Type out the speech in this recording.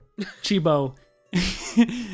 Chibo